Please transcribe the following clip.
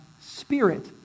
spirit